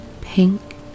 pink